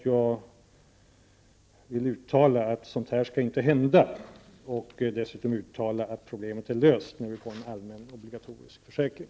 Jag vill uttala att sådant inte skall hända och att problemet är löst när det blir en allmän obligatorisk försäkring.